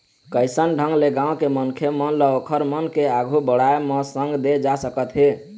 कइसन ढंग ले गाँव के मनखे मन ल ओखर मन के आघु बड़ाय म संग दे जा सकत हे